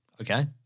Okay